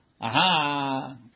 Aha